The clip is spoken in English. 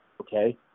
Okay